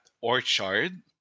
Orchard